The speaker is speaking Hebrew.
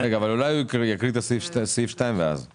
אולי קודם הוא יסיים לקרוא את הסעיף ואז נקבל הסבר.